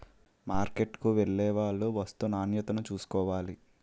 మార్కెట్కు వెళ్లేవాళ్లు వస్తూ నాణ్యతను చూసుకోవాలి